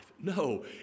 no